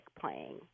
playing